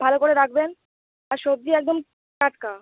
ভালো করে রাখবেন আর সবজি একদম টাটকা